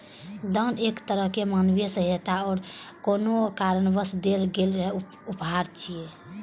दान एक तरहक मानवीय सहायता आ कोनो कारणवश देल गेल उपहार छियै